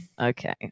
okay